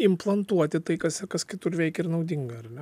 implantuoti tai kas kas kitur veikia ir naudinga ar ne